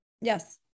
Yes